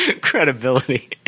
credibility